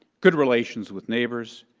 good relations with neighbors,